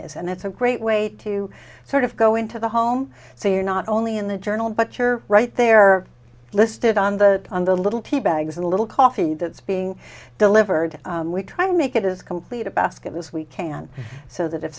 is and it's a great way to sort of go into the home so you're not only in the journal but you're right there listed on the on the little tea bags in a little coffee that's being delivered we try to make it as complete a basket as we can so that if